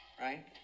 right